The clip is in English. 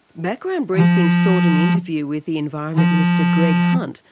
background briefing sought an interview with the environment minister greg hunt,